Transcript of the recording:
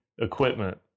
equipment